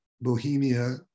Bohemia